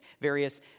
Various